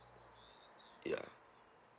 ya